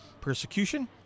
Persecution